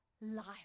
life